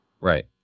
right